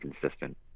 consistent